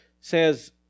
says